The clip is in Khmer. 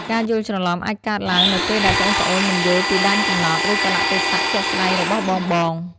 ការយល់ច្រឡំអាចកើតឡើងនៅពេលដែលប្អូនៗ មិនយល់ពីដែនកំណត់ ឬកាលៈទេសៈជាក់ស្ដែង របស់បងៗ។